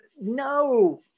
No